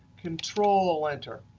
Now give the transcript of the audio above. control-enter,